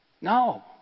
No